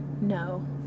No